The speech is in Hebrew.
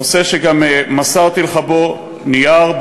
נושא שגם מסרתי לך בו נייר עמדה,